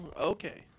Okay